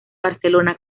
barcelona